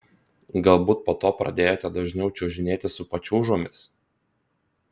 galbūt po to pradėjote dažniau čiuožinėti su pačiūžomis